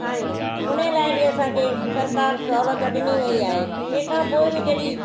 आहियूं उन लाइ बि असांखे सरकारु सहुलियत ॾिनी वई आहे तंहिंखां पोइ बि जॾहिं